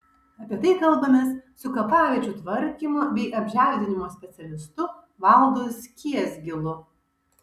apie tai kalbamės su kapaviečių tvarkymo bei apželdinimo specialistu valdu skiesgilu